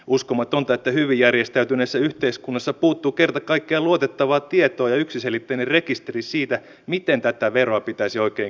uskomatonta että hyvin järjestäytyneessä yhteiskunnassa puuttuu kerta kaikkiaan luotettavaa tietoa ja yksiselitteinen rekisteri siitä miten tätä veroa pitäisi oikein kerätä